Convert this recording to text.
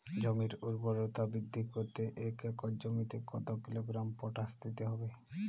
জমির ঊর্বরতা বৃদ্ধি করতে এক একর জমিতে কত কিলোগ্রাম পটাশ দিতে হবে?